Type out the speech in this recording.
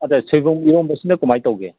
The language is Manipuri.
ꯑꯗ ꯁꯣꯏꯕꯨꯝ ꯏꯔꯣꯝꯕꯁꯤꯅ ꯀꯃꯥꯏ ꯇꯧꯒꯦ